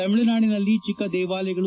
ತಮಿಳುನಾಡಿನಲ್ಲಿ ಚಿಕ್ಕ ದೇವಾಲಯಗಳು